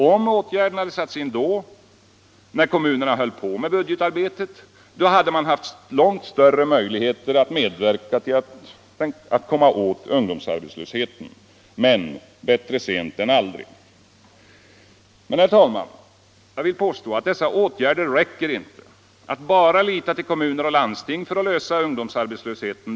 Om åtgärden hade satts in då, när kommunerna höll på med budgetarbetet, hade de haft långt större möjligheter att medverka till att komma åt ungdomsarbetslösheten. Men bättre sent än aldrig. Jag vill emellertid, herr talman, påstå att det inte räcker att bara lita till kommuner och landsting för att lösa frågan om ungdomsarbetslösheten.